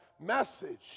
message